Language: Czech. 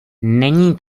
není